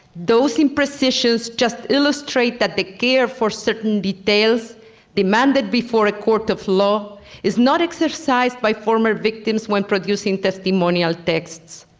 those imprecisions just illustrate that the care for certain details demanded before a court of law is not exercised by former victims when producing testimonial texts.